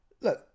look